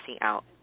out